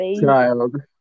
child